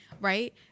right